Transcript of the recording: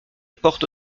porte